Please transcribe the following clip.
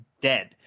dead